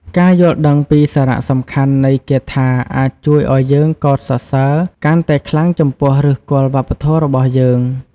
ការយល់ដឹងពីសារៈសំខាន់នៃគាថាអាចជួយឱ្យយើងកោតសរសើរកាន់តែខ្លាំងចំពោះឫសគល់វប្បធម៌របស់យើង។